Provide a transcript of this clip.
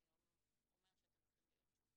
אומר שאתם צריכים להיות שם.